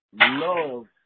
love